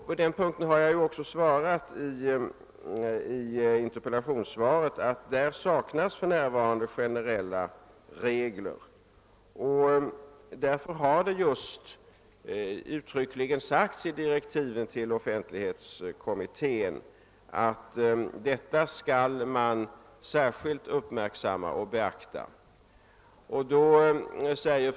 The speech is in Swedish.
På den punkten har jag i mitt interpellationssvar förklarat att det för närvarande saknas generella regler. Därför har det också uttryckligen sagts i direktiven till offentlighetskommittén att den särskilt skall beakta detta problem.